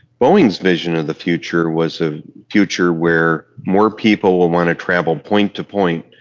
boeing's vision of the future was a future where more people will want to travel point to point,